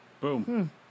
boom